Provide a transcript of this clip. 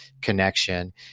connection